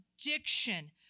addiction